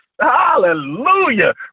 hallelujah